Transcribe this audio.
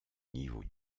niveau